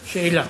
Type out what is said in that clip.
שאלה.